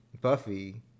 Buffy